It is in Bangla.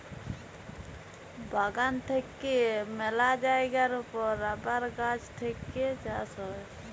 বাগান থেক্যে মেলা জায়গার ওপর রাবার গাছ থেক্যে চাষ হ্যয়